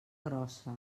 grossa